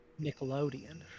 Nickelodeon